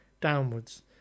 downwards